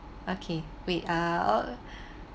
okay wait ah